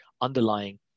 underlying